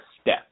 step